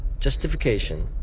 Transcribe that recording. justification